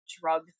drug